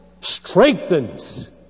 strengthens